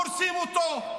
הורסים אותו,